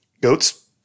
Goats